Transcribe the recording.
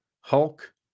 Hulk